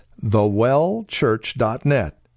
thewellchurch.net